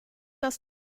das